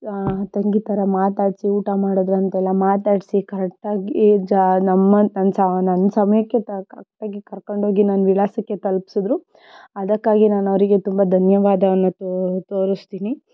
ತಂಗಿ ಥರ ಮಾತಾಡಿಸಿ ಊಟ ಮಾಡಿದ್ರಾಂತೆಲ್ಲ ಮಾತಾಡಿಸಿ ಕರೆಕ್ಟಾಗಿ ಏ ಜಾ ನಮ್ಮ ನನ್ನ ನನ್ನ ಸಮಯಕ್ಕೆ ಕರೆಕ್ಟಾಗಿ ಕರ್ಕೊಂಡೋಗಿ ನನ್ನ ವಿಳಾಸಕ್ಕೆ ತಲುಪಿಸಿದರು ಅದಕ್ಕಾಗಿ ನಾನು ಅವರಿಗೆ ತುಂಬ ಧನ್ಯವಾದವನ್ನು ತೋ ತೋರಿಸ್ತೀನಿ